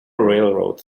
railroad